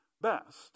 best